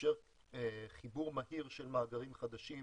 שיאפשר חיבור מהיר של מאגרים חדשים,